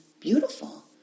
beautiful